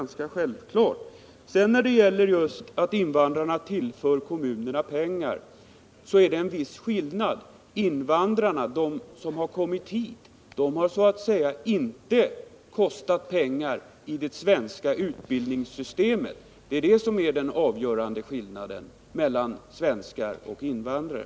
När det sedan gäller detta att invandrarna tillför kommunerna pengar, så är det en viss skillnad. Invandrarna, som kommit hit, har så att säga inte kostat pengar i det svenska utbildningssystemet. Det är det som är den avgörande skillnaden mellan svenskar och invandrare.